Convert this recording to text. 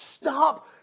stop